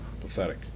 Pathetic